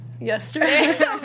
yesterday